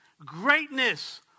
greatness